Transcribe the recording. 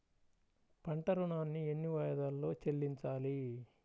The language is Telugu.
పంట ఋణాన్ని ఎన్ని వాయిదాలలో చెల్లించాలి?